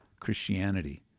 Christianity